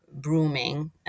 brooming